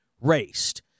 raced